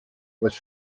was